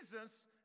Jesus